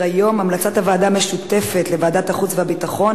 אינני יכולה לעצור,